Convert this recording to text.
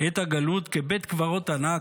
הגלות כבית קברות ענק,